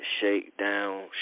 Shakedown